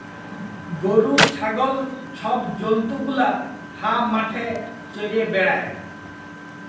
গরু, ছাগল ছব জল্তু গুলা হাঁ মাঠে চ্যরে বেড়ায়